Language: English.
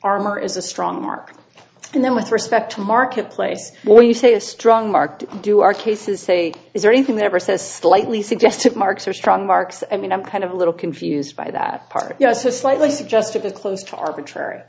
armor is a strong mark and then with respect to marketplace when you say a strong mark to do our cases say is there anything that ever says slightly suggestive marks or strong marks i mean i'm kind of a little confused by that part yes a slightly suggestive is close to arbitrary